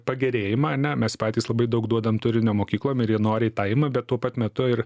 pagerėjimą ane mes patys labai daug duodam turinio mokyklom ir jie noriai tą ima bet tuo pat metu ir